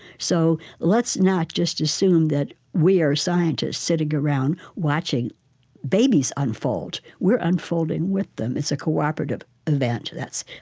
so let's not just assume that we are scientists sitting around watching babies unfold. we're unfolding with them. it's a cooperative event. that's,